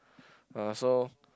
uh so